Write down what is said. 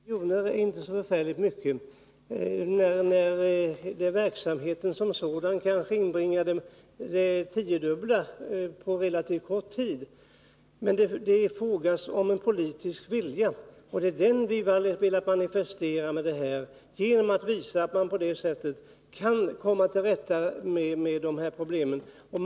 Herr talman! 3 miljoner är kanske inte så förfärligt mycket, när verksamheten som sådan väl inbringar det tiodubbla på relativt kort tid. Men det är fråga om en politisk vilja. Det är den vi har velat manifestera med förslaget att stödja den här typen av verksamhet, där det visat sig att man kan komma till rätta med problemen.